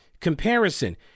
comparison